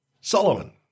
Solomon